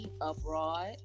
Abroad